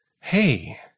hey